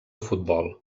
futbol